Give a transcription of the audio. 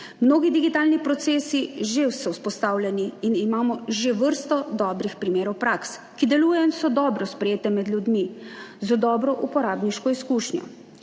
Mnogi digitalni procesi so že vzpostavljeni in imamo že vrsto dobrih primerov praks, ki delujejo in so dobro sprejete med ljudmi z dobro uporabniško izkušnjo.